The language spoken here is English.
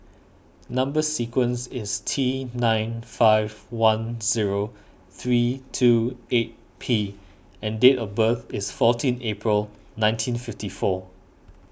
Number Sequence is T nine five one zero three two eight P and date of birth is fourteen April nineteen fifty four